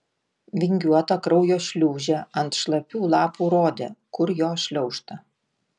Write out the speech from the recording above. vingiuota kraujo šliūžė ant šlapių lapų rodė kur jo šliaužta